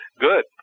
Good